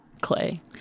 clay